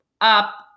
up